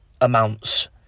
amounts